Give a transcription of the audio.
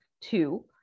two